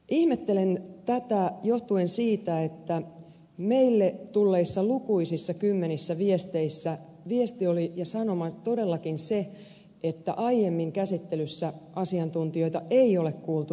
ihmettelen tätä johtuen siitä että meille tulleissa lukuisissa kymmenissä viesteissä viesti ja sanoma oli todellakin se että aiemmin käsittelyssä asiantuntijoita ei ole kuultu riittävästi